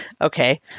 Okay